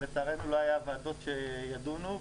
אבל לצערנו לא היו ועדות שידונו.